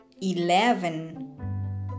eleven